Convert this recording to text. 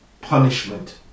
Punishment